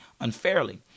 unfairly